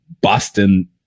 Boston